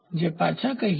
જે પાછા કહીએ